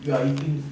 you are eating